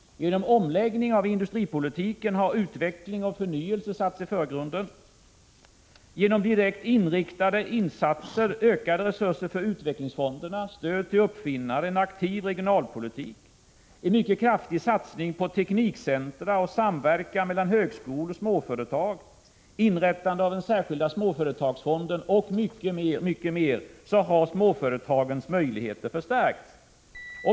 Genom omläggning av industripolitiken har utveckling och förnyelse satts i förgrunden. Genom direkt riktade insatser, ökade resurser för utvecklingsfonderna, stöd till uppfinnare, en aktiv regionalpolitik, en mycket kraftig satsning på teknikcentra och på samverkan mellan högskolor och småföretag, inrättandet av den särskilda småföretagsfonden och mycket mer har småföretagens möjligheter förstärkts.